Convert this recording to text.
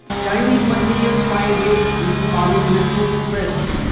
chinese materials find way into army bulletproof vests.